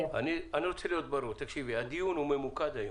אני רוצה להיות ברור: הדיון היום ממוקד.